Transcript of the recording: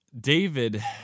David